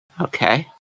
Okay